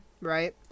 right